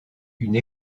une